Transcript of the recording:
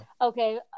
okay